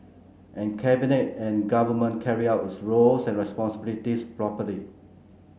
and Cabinet and Government carried out its roles and responsibilities properly